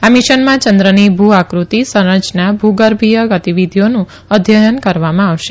આ મિશનમાં ચંદ્રની ભૂ આક્રતિ સંર ચના અને ભુગર્ભીય ગતિવીધિઓનું અધ્યયન કરવામાં આવશે